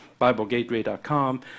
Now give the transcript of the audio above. BibleGateway.com